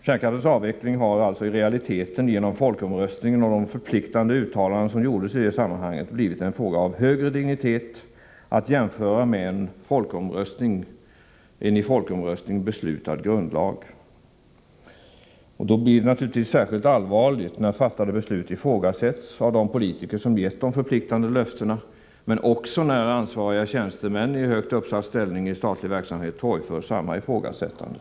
Kärnkraftens avveckling har alltså i realiteten genom folkomröstningen och de förpliktande uttalanden som gjordes i det sammanhanget blivit en fråga av högre dignitet — att jämföra med en genom folkomröstning beslutad grundlag. Då är det naturligtvis särskilt allvarligt när fattade beslut ifrågasätts av de politiker som gett de förpliktande löftena och även när ansvariga tjänstemän i högt uppsatt ställning inom den statliga verksamheten torgför samma ifrågasättande.